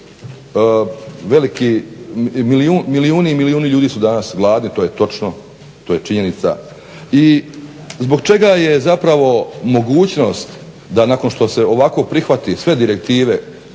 Milijuni i milijuni ljudi su danas gladni. To je točno, to je činjenica i zbog čega je zapravo mogućnost da nakon što se ovako prihvati sve direktive,